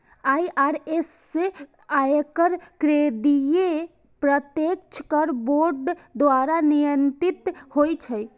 IRS, आयकर केंद्रीय प्रत्यक्ष कर बोर्ड द्वारा नियंत्रित होइ छै